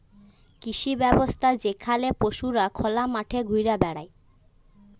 কৃষি ব্যবস্থা যেখালে পশুরা খলা মাঠে ঘুরে বেড়ায়